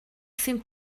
seemed